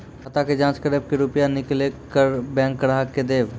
खाता के जाँच करेब के रुपिया निकैलक करऽ बैंक ग्राहक के देब?